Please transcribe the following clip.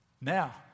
Now